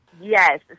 Yes